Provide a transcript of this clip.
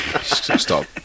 Stop